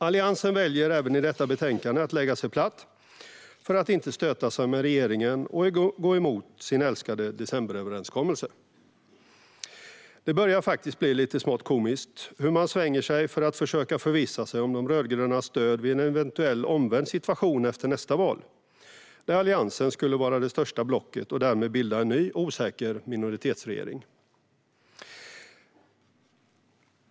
Alliansen väljer att även i detta betänkande lägga sig platt, för att inte stöta sig med regeringen och gå emot sin älskade decemberöverenskommelse. Det börjar faktiskt bli lite smått komiskt att se hur man svänger sig för att försöka förvissa sig om de rödgrönas stöd vid en eventuell omvänd situation efter nästa val där Alliansen skulle vara det största blocket och därmed bilda en ny osäker minoritetsregering.